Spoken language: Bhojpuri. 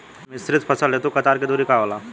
मिश्रित फसल हेतु कतार के दूरी का होला?